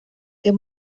der